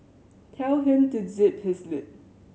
tell him to zip his lip